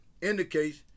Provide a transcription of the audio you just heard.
indicates